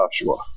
Joshua